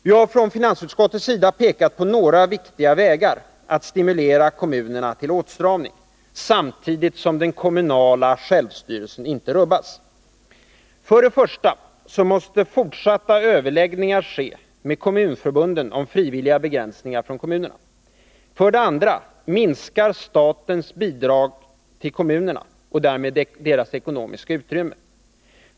Vi har från finansutskottets sida pekat på några viktiga vägar att stimulera kommunerna till åtstramning, samtidigt som den kommunala självstyrelsen inte rubbas. För det första måste fortsatta överläggningar ske med kommunförbunden om frivilliga begränsningar från kommunerna. För det andra minskar statens bidrag till kommunerna och därmed deras ekonomiska utrymme.